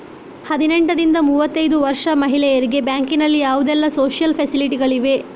ಹದಿನೆಂಟರಿಂದ ಮೂವತ್ತೈದು ವರ್ಷ ಮಹಿಳೆಯರಿಗೆ ಬ್ಯಾಂಕಿನಲ್ಲಿ ಯಾವುದೆಲ್ಲ ಸೋಶಿಯಲ್ ಫೆಸಿಲಿಟಿ ಗಳಿವೆ?